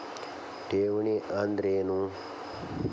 ಠೇವಣಿ ಅಂದ್ರೇನು?